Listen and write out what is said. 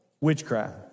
witchcraft